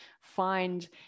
find